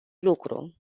lucru